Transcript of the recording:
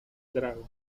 dragón